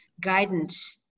guidance